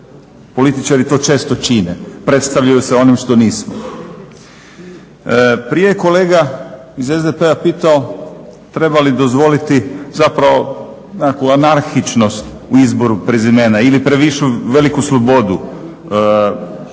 Političari to često čine, predstavljaju se onim što nisu. Prije je kolega iz SDP-a pitao treba li dozvoliti zapravo nekakvu anarhičnost u izboru prezimena ili previše veliku slobodu?